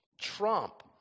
trump